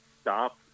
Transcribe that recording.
stop